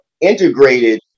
integrated